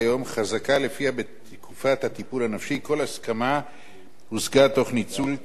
ולפיה בתקופת הטיפול הנפשי כל הסכמה הושגה תוך ניצול תלות,